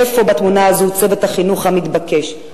איפה בתמונה הזו צוות החינוך המתבקש?